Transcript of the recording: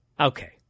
Okay